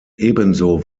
ebenso